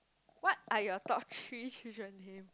what are your top three children name